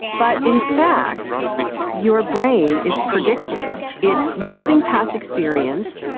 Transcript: but in fact your brain is predicting, it's using past experience.